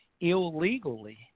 illegally